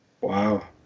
Wow